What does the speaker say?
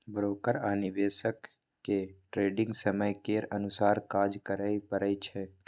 broker आ निवेशक केँ ट्रेडिग समय केर अनुसार काज करय परय छै